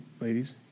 Ladies